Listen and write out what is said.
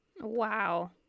Wow